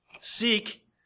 seek